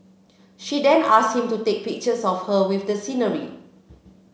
she then asked him to take pictures of her with the scenery